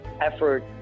effort